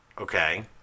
Okay